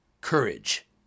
courage